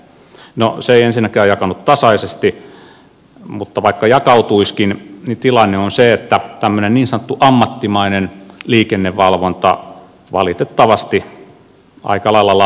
no se ei ensinnäkään jakaannu tasaisesti mutta vaikka jakautuisikin niin tilanne on se että tämmöinen niin sanottu ammattimainen liikennevalvonta valitettavasti aika lailla lamaantuu